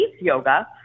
yoga